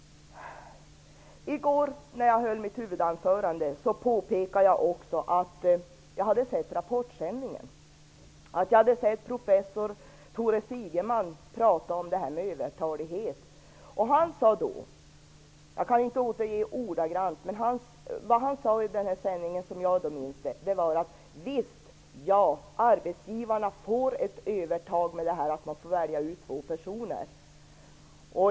I går när jag höll mitt huvudanförande påpekade jag att jag hade sett Rapportsändningen och att jag hade hört professor Tore Sigeman prata om övertalighet. Jag kan inte återge det ordagrant, men som jag minns det sade han i den sändningen: Visst, arbetsgivarna får ett övertag genom att de får välja ut två personer.